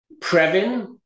Previn